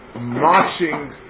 marching